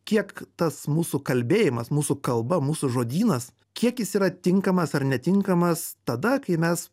kiek tas mūsų kalbėjimas mūsų kalba mūsų žodynas kiek jis yra tinkamas ar netinkamas tada kai mes